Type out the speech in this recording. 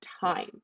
time